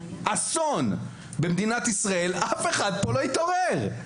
אסון אף אחד פה לא יתעורר.